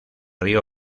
río